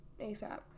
ASAP